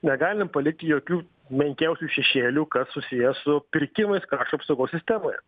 negalim palikti jokių menkiausių šešėlių kas susiję su pirkimais krašto apsaugos sistemoje